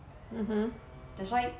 mmhmm